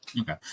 okay